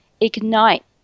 ignite